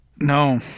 No